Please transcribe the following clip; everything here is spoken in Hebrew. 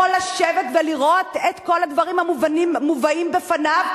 לשבת ולראות את כל הדברים המובאים בפניו,